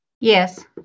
Yes